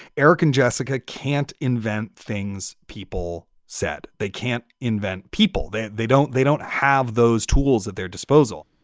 eric and jessica can't invent things. people said they can't invent people. they they don't they don't have those tools at their disposal.